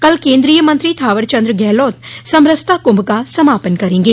कल केन्द्रीय मंत्री थॉवर चन्द्र गहलोत समरसता कुंभ का समापन करेंगे